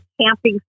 camping